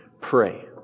pray